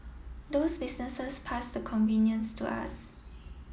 those businesses pass the convenience to us